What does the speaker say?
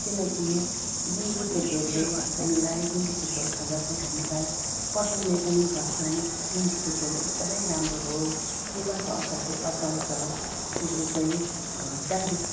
किनकि गुन्द्रुकको झोलले हामीलाई गुन्द्रुकको झोल खाँदा चाहिँ हामीलाई पचाउने पनि गर्छन् गुन्द्रुकको झोल एकदमै राम्रो हो मुलाको अचारले पचाउँछ यसले चाहिँ डाइजेस्ट